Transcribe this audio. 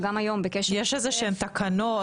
יש איזשהם תקנות?